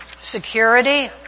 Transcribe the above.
Security